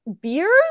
beer